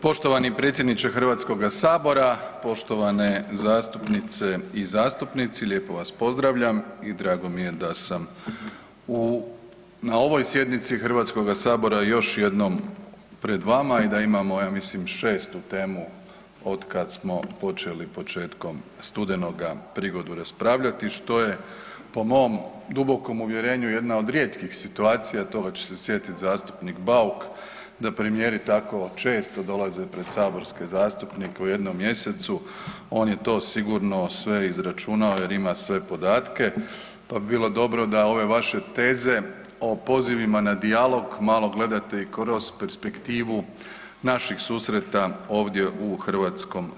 Poštovani predsjedniče HS, poštovane zastupnice i zastupnici, lijepo vas pozdravljan i drago mi je da sam u, na ovoj sjednici HS još jednom pred vama i da imamo, ja mislim, 6. temu otkad smo počeli početkom studenoga prigodu raspravljati, što je po mom dubokom uvjerenju jedna od rijetkih situacija, toga će se sjetit zastupnik Bauk, da premijeri tako često dolaze pred saborske zastupnike u jednom mjesecu, on je to sigurno sve izračunao jer ima sve podatke, pa bi bilo dobro da ove vaše teze o pozivima na dijalog malo gledate i kroz perspektivu naših susreta ovdje u HS.